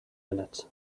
minutes